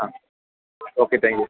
ah okay thank you